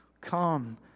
come